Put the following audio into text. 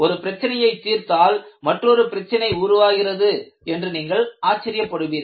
ஒரு பிரச்சனையை தீர்த்தால் மற்றொரு பிரச்சினை உருவாகிறது என்று நீங்கள் ஆச்சரியப்படுவீர்கள்